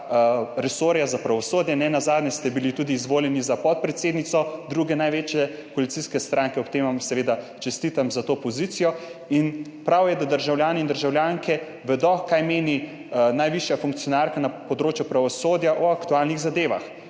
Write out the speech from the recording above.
resorja za pravosodje, nenazadnje ste bili tudi izvoljeni za podpredsednico druge največje koalicijske stranke, ob tem vam seveda čestitam za to pozicijo. Prav je, da državljani in državljanke vedo, kaj meni najvišja funkcionarka na področju pravosodja o aktualnih zadevah.